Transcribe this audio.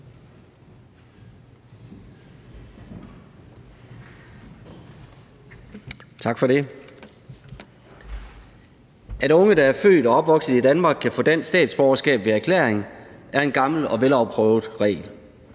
Tak for det. At unge, der er født og opvokset i Danmark, kan få dansk statsborgerskab ved erklæring, er en gammel og velafprøvet regel.